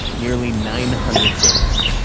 nearly nine hundred days.